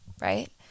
right